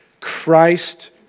Christ